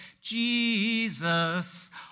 Jesus